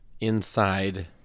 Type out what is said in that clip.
inside